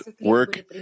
work